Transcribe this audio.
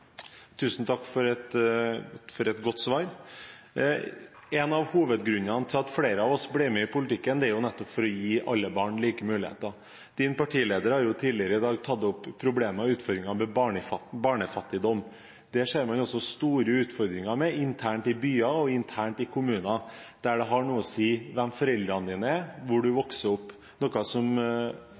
Tusen takk for et godt svar. En av hovedgrunnene for flere av oss til å bli med i politikken, var nettopp ønsket om å gi alle barn like muligheter. Representantens partileder har tidligere i dag tatt opp problemene og utfordringene med barnefattigdom. Det ser man også store utfordringer med internt i byer og internt i kommuner, der det har noe å si hvem foreldrene dine er, og hvor du vokser opp, noe